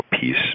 peace